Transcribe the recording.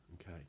okay